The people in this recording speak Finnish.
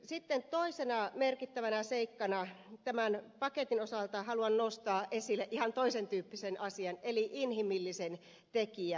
sitten toisena merkittävänä seikkana tämän paketin osalta haluan nostaa esille ihan toisen tyyppisen asian eli inhimillisen tekijän